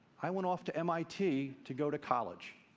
i went off to mit to go to college,